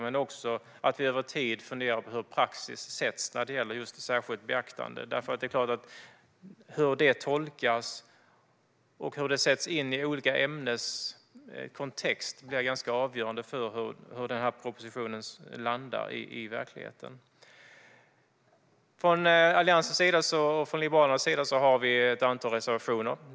Det är också viktigt att vi över tid funderar på hur praxis sätts när det gäller just särskilt beaktande, för hur det tolkas och hur det sätts in i olika ämnens kontext blir ju ganska avgörande för hur den här propositionen landar i verkligheten. Alliansen och vi liberaler har ett antal reservationer.